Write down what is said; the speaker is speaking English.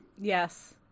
yes